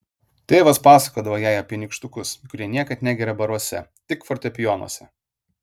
tėvas pasakodavo jai apie nykštukus kurie niekad negerią baruose tik fortepijonuose